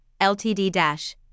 Ltd